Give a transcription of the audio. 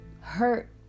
hurt